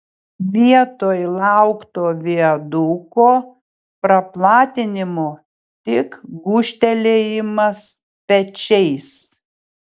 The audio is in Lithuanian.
vietoj laukto viaduko praplatinimo tik gūžtelėjimas pečiais